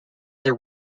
their